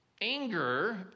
anger